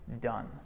done